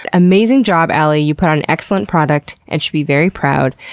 amazing job, alie. you put on an excellent product and should be very proud.